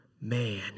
man